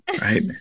right